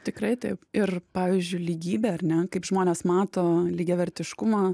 tikrai taip ir pavyzdžiui lygybė ar ne kaip žmonės mato lygiavertiškumą